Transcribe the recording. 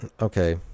Okay